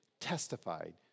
testified